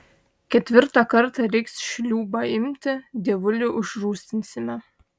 ketvirtą kartą reiks šliūbą imti dievulį užrūstinsime